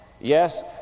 Yes